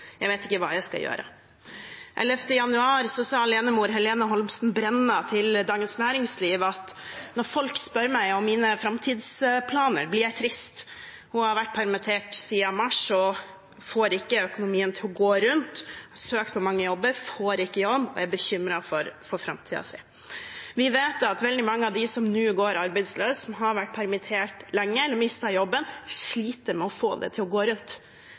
Jeg vet ikke hva jeg skal gjøre.» Den 11. januar sa alenemor Helene Holmsen Brenna til Dagens Næringsliv: «Når folk spør meg om mine fremtidsplaner, blir jeg trist.» Hun har vært permittert siden mars og får ikke økonomien til å gå rundt, har søkt på mange jobber, får ikke jobb og er bekymret for framtiden sin. Vi vet at veldig mange av dem som nå går arbeidsløse, som har vært permittert lenge eller har mistet jobben, sliter med å få det til å gå rundt.